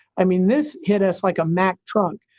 i mean, this hit us like a mack truck.